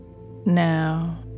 Now